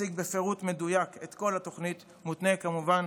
אציג בפירוט מדויק את כל התוכנית, מותנה כמובן